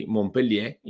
Montpellier